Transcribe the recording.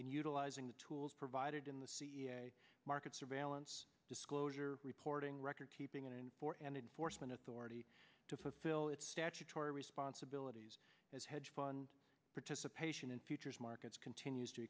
in utilizing the tools provided in the cea market surveillance disclosure reporting record keeping and for an enforcement authority to fulfill its statutory responsibilities as hedge fund participation in futures markets continues to